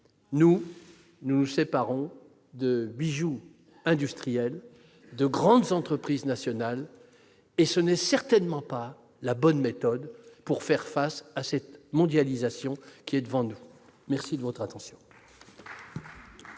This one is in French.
nous nous séparons de bijoux industriels, de grandes entreprises nationales. Ce n'est certainement pas la bonne méthode pour faire face à la mondialisation qui est devant nous ! La parole est